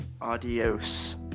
adios